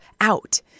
out